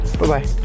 Bye-bye